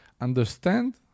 understand